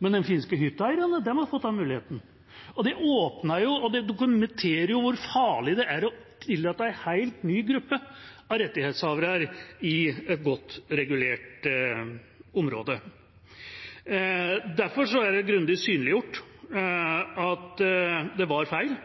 men de finske hytteeierne har fått den muligheten. Det dokumenterer hvor farlig det er å tillate en helt ny gruppe av rettighetshavere i et godt regulert område. Derfor er det grundig synliggjort at det var feil